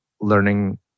learning